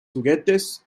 juguetes